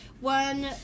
One